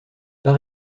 par